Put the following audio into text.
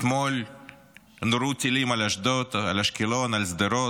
אתמול נורו טילים על אשדוד, על אשקלון, על שדרות.